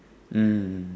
mm